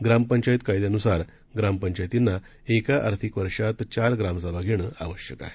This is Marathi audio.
ग्रामपंचायतकायद्यानुसारग्रामपंचायतींनाएकाआर्थिकवर्षातचारग्रामसभाघेणंआवश्यकआ हे